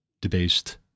debased